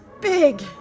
big